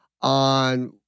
on